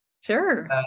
Sure